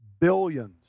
billions